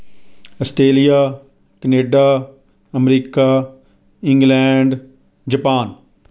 Australia Canada America England Japan